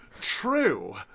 True